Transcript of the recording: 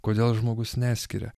kodėl žmogus neskiria